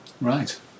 Right